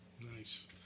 Nice